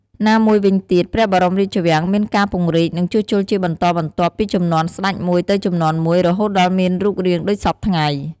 ណាមួយវិញទៀតព្រះបរមរាជវាំងមានការពង្រីក និងជួសជុលជាបន្តបន្ទាប់ពីជំនាន់ស្ដេចមួយទៅជំនាន់មួយ រហូតដល់មានរូបរាងដូចសព្វថ្ងៃ។